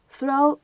Throw